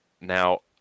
Now